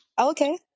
okay